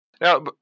Now